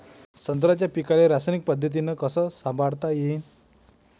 संत्र्याच्या पीकाले रासायनिक पद्धतीनं कस संभाळता येईन?